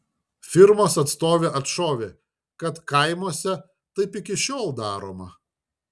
firmos atstovė atšovė kad kaimuose taip iki šiol daroma